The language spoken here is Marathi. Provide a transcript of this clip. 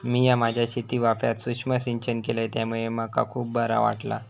मिया माझ्या शेतीवाफ्यात सुक्ष्म सिंचन केलय त्यामुळे मका खुप बरा वाटला